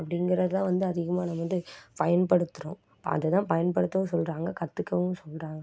அப்படிங்கிற தான் அதிகமாக நாம் வந்து பயன்படுத்துகிறோம் இப்போ அது தான் பயன்படுத்தவும் சொல்கிறாங்க கற்றுக்கவும் சொல்கிறாங்க